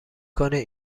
کنید